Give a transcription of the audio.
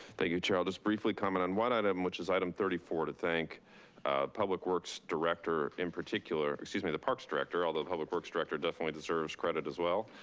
thank you, chair, i'll just briefly comment on one item, which is item thirty four, to thank public works director in particular, excuse me, the parks director, although public work director definitely deserves credit as well.